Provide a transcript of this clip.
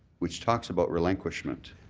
which talks about relinquishment,